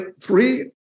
three